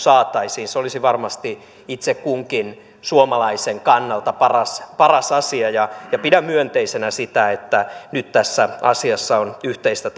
saataisiin se olisi varmasti itse kunkin suomalaisen kannalta paras paras asia pidän myönteisenä sitä että nyt tässä asiassa on yhteistä